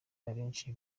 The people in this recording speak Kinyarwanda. abenshi